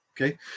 Okay